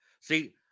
See